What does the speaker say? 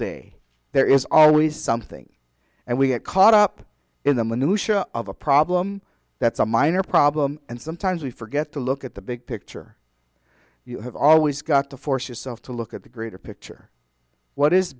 day there is always something and we get caught up in the minutia of a problem that's a minor problem and sometimes we forget to look at the big picture you have always got to force yourself to look at the greater picture what is